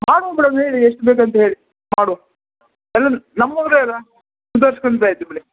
ಮಾಡುವ ಮೇಡಮ್ ಹೇಳಿ ಎಷ್ಟು ಬೇಕಂತ ಹೇಳಿ ಮಾಡುವ ಎಲ್ಲ ನಮ್ಮವರೆ ಅಲ್ಲ ಸುಧಾರ್ಸ್ಕೊಳ್ತ ಐತೆ ಬಿಡಿ